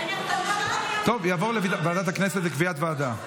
זה יעבור לוועדת הכנסת לקביעת ועדה.